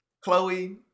Chloe